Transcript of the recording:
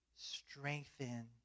strengthen